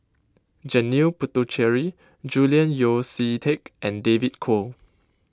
Janil Puthucheary Julian Yeo See Teck and David Kwo